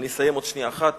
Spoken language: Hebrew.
אני אסיים עוד שנייה אחת.